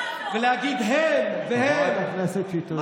אף אחד מכם.